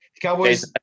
Cowboys